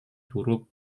buruk